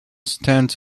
stands